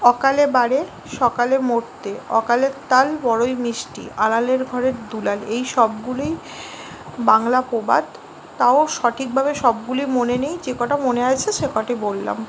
অকালে বারে সকালে মরতে অকালের তাল বড়োই মিষ্টি আলালের ঘরের দুলাল এই সবগুলিই বাংলা প্রবাদ তাও সঠিকভাবে সবগুলি মনে নেই যে কটা মনে আছে সে কটি বললাম